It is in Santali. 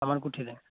ᱟᱢᱟᱨᱠᱩᱴᱷᱤ ᱨᱮ